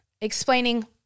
explaining